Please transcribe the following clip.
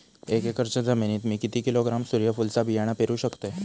एक एकरच्या जमिनीत मी किती किलोग्रॅम सूर्यफुलचा बियाणा पेरु शकतय?